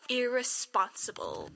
irresponsible